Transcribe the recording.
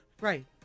right